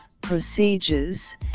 procedures